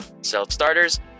Self-starters